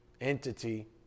entity